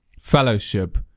fellowship